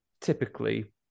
typically